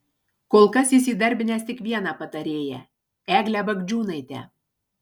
kol kas jis įdarbinęs tik vieną patarėją eglę bagdžiūnaitę